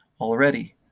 already